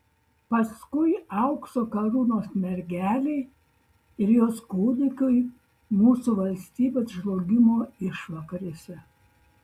paskui aukso karūnos mergelei ir jos kūdikiui mūsų valstybės žlugimo išvakarėse